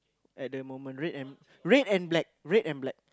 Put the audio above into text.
at the moment red and red and black red and black